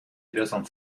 обязан